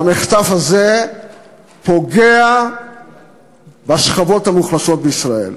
והמחטף הזה פוגע בשכבות המוחלשות בישראל.